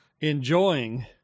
enjoying